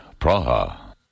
Praha